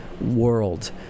world